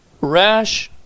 rash